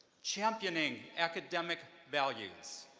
championing academic values,